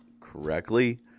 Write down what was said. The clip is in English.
correctly